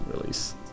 release